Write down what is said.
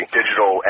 digital